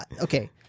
Okay